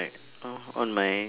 uh on my